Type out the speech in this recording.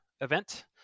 event